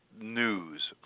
news